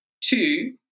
Two